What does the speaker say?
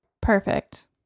Perfect